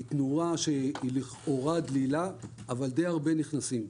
זאת תנועה לכאורה דלילה אבל די הרבה מאוד נכנסים.